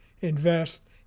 invest